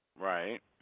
right